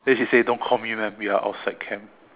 then he said don't call me maam we're outside camp